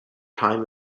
time